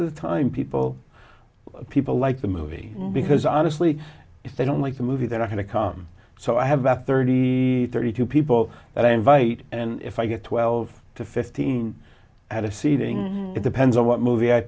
of the time people people like the movie because honestly if they don't like the movie they're not going to come so i have about thirty thirty two people that i invite and if i get twelve to fifteen at a seating it depends on what movie i